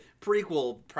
prequel